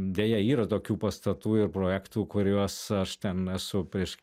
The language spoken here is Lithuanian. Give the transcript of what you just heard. deja yra tokių pastatų ir projektų kuriuos aš ten esu prieš